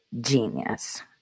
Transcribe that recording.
Genius